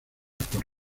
por